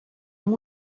amb